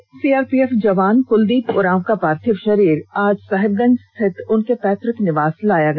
शहीद सीआरपीएफ जवान क्लदीप उरांव का पार्थिव शरीर आज साहेबगंज स्थित उनके पैतुक निवास लाया गया